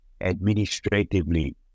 administratively